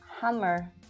Hammer